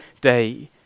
day